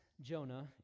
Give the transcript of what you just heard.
Jonah